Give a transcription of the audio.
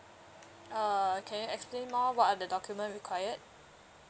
err can you explain more what are the document required